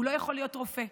הוא לא יכול להיות רופא.